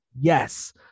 Yes